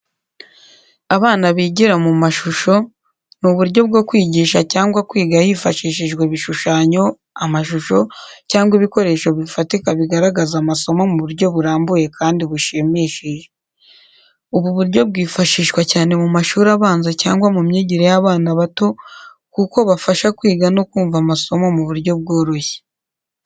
Abana bigira mu mashusho ni uburyo bwo kwigisha cyangwa kwiga hifashishijwe ibishushanyo, amashusho, cyangwa ibikoresho bifatika bigaragaza amasomo mu buryo burambuye kandi bushimishije. Ubu buryo bwifashishwa cyane mu mashuri abanza cyangwa mu myigire y’abana bato, kuko bafasha kwiga no kumva amasomo mu buryo bworoshye.